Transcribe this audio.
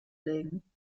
legen